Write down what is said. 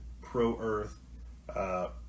pro-Earth